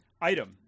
Item